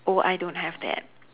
oh I don't have that